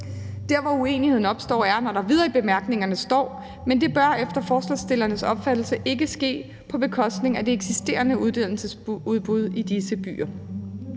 Der, hvor uenigheden opstår, er, at der videre i bemærkningerne står: »... men det bør efter forslagsstillernes opfattelse ikke ske på bekostning af det eksisterende uddannelsesudbud i disse byer.«